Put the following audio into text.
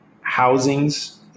housings